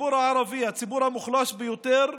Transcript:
הציבור הערבי, הציבור המוחלש ביותר,